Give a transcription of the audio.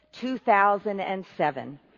2007